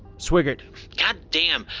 swigert god damn.